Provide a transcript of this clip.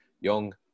young